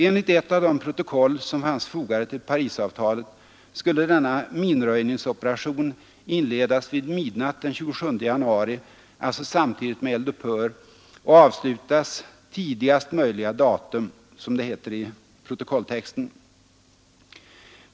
Enligt ett av de protokoll som fanns fogade till Parisavtalet skulle denna minröjningsoperation inledas vid midnatt den 27 januari, alltså samtidigt med eld upphör, och avslutas ”tidigaste möjliga datum”.